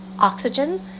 oxygen